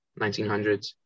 1900s